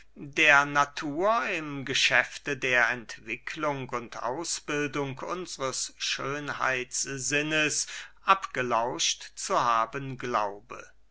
der natur im geschäfte der entwicklung und ausbildung unsres schönheitssinnes abgelauscht zu haben glaube